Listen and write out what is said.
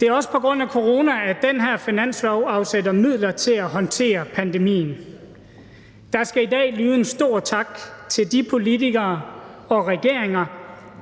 Det er også på grund af corona, at den her finanslov afsætter midler til at håndtere pandemien. Der skal i dag lyde stor tak til de politikere og regeringer,